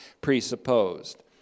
presupposed